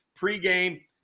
pregame